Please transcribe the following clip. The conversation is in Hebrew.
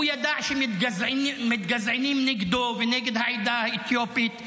הוא ידע שמתגזענים נגדו ונגד העדה האתיופית,